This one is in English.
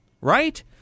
Right